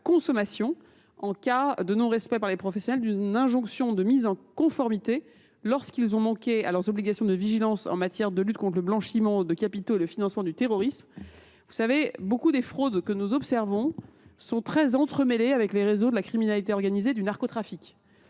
notamment en cas de non respect par les professionnels des injonctions de mise en conformité, lorsque ceux ci manquent à leurs obligations de vigilance en matière de lutte contre le blanchiment de capitaux et le financement du terrorisme. Beaucoup des fraudes que nous observons sont fortement entremêlées avec des réseaux de criminalité organisée, y compris le narcotrafic.